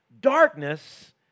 darkness